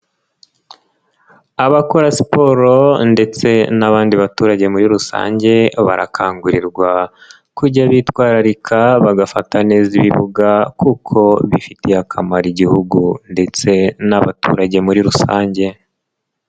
Abakora siporo ndetse n'abandi baturage muri rusange barakangurirwa kujya bitwararika bagafata neza ibibuga kuko bifitiye akamaro igihugu ndetse n'abaturage muri rusange.